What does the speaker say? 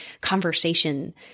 conversation